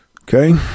Okay